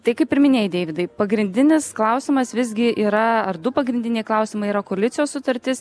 tai kaip ir minėjai deividai pagrindinis klausimas visgi yra ar du pagrindiniai klausimai yra koalicijos sutartis